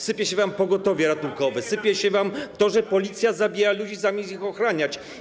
Sypie się wam pogotowie ratunkowe, sypie się wam to, że Policja zabija ludzi, zamiast ich ochraniać.